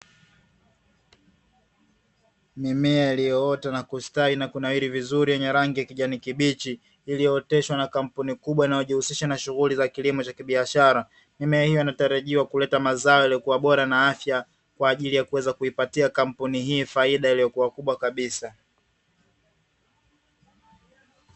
Mimea iliyoota na kustawi na kunawiri vizuri yenye rangi ya kijani kibichi, iliyooteshwa na kampuni kubwa inayojihusisha na shughuli za kilimo cha kibiashara. Mimea hiyo inatarajiwa kuleta mazao yaliyokuwa bora na afya kwa ajili ya kuweza kuipatia kampuni hii faida iliyokuwa kubwa kabisa.